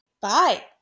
Bye